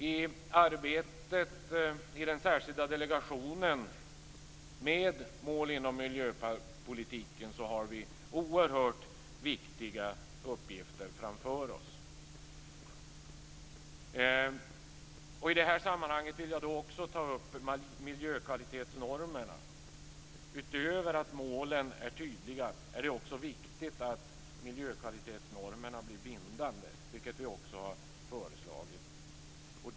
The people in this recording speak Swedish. I arbetet med mål inom miljöpolitiken i den särskilda delegationen har vi oerhört viktiga uppgifter framför oss. I det sammanhanget vill jag också ta upp miljökvalitetsnormerna. Utöver att målen är tydliga är det också viktigt att miljökvalitetsnormerna blir bindande. Det har vi också föreslagit.